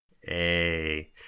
Hey